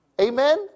Amen